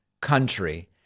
country